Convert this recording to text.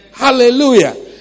Hallelujah